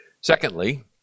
Secondly